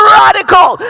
radical